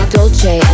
Dolce